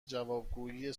جوابگویی